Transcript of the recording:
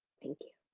thank you.